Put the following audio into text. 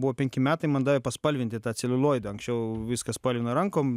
buvo penki metai man davė paspalvinti tą celuloidą anksčiau viską spalvina rankom